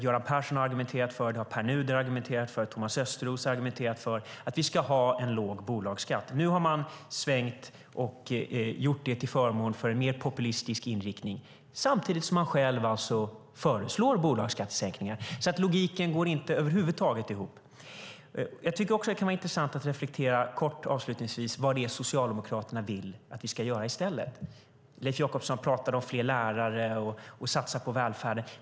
Göran Persson har argumenterat, Pär Nuder har argumenterat och Thomas Östros har argumenterat för att vi ska ha en låg bolagsskatt. Nu har man svängt till förmån för en mer populistisk inriktning samtidigt som man själv föreslår bolagsskattesänkningar. Logiken går inte ihop över huvud taget. Avslutningsvis tycker jag att det kan vara intressant att kort reflektera över vad det är Socialdemokraterna vill att vi ska göra i stället. Leif Jakobsson talade om fler lärare och att satsa på välfärden.